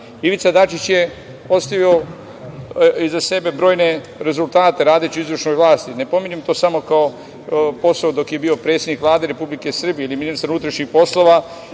radi. Ivica Dačić je ostavio iza sebe brojne rezultate radeći u izvršnoj vlasti. Ne pominjem to samo kao posao dok je bio predsednik Vlade Republike Srbije ili ministar unutrašnjih poslova,